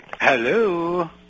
Hello